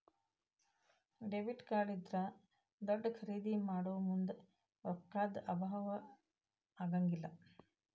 debit card ಇದ್ರಾ ದೊಡ್ದ ಖರಿದೇ ಮಾಡೊಮುಂದ್ ರೊಕ್ಕಾ ದ್ ಅಭಾವಾ ಆಗಂಗಿಲ್ಲ್